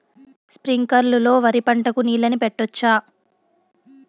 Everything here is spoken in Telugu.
స్ప్రింక్లర్లు లో వరి పంటకు నీళ్ళని పెట్టొచ్చా?